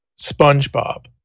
SpongeBob